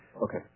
Okay